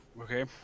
okay